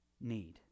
need